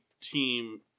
team